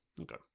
Okay